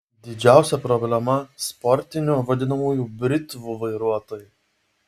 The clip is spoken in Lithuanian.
didžiausia problema sportinių vadinamųjų britvų vairuotojai